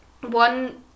one